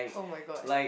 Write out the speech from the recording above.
oh-my-god